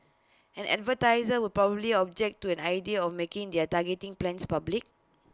and advertisers would probably object to an idea of making their targeting plans public